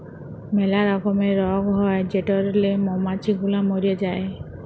ম্যালা রকমের রগ হ্যয় যেটরলে মমাছি গুলা ম্যরে যায়